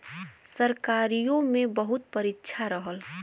सरकारीओ मे बहुत परीक्षा रहल